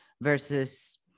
versus